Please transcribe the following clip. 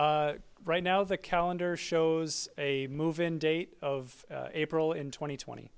right now the calendar shows a move in date of april in twenty twenty